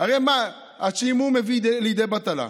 הרי מה, השעמום מביא לידי בטלה,